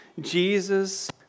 Jesus